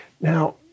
Now